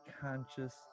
conscious